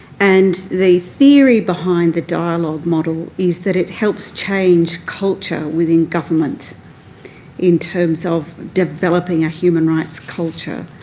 and the theory behind the dialogue model is that it helps change culture within government in terms of developing a human rights culture.